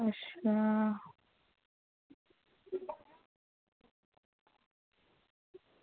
अच्छा